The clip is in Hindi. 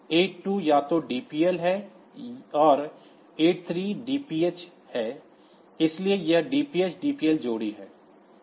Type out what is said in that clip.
82 या तो DPL है और 83 DPH है इसलिए यह DPH DPL जोड़ी है